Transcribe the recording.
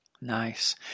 Nice